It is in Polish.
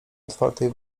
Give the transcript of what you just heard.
otwartej